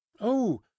Oh